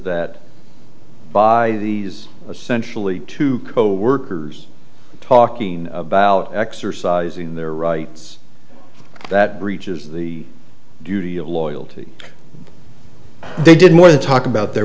that by these essentially two coworkers talking about exercising their rights that breaches the duty of loyalty they did more than talk about their